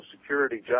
security